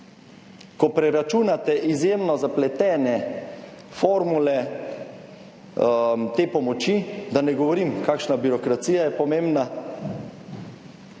Ko preračunate izjemno zapletene formule te pomoči, da ne govorim kakšna birokracija je pomembna